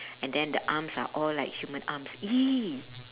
and then the arms are all like human arms !ee!